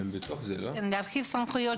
כרגע ההסמכה היא כללית,